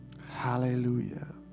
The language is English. Hallelujah